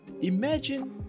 imagine